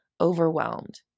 overwhelmed